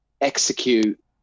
execute